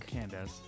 Candace